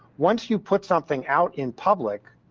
once you put something out in public,